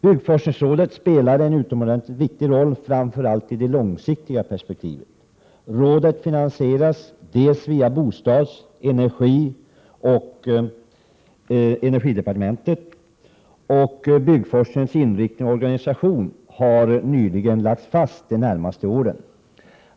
Byggforskningsrådet spelar en utomordentligt viktig roll, framför allt i det långsiktiga perspektivet. Rådet finansieras via bostadsoch energidepartementet, och byggforskningens inriktning och organisation har nyligen lagts fast för de närmaste åren.